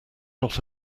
not